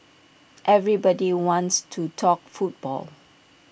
everybody wants to talk football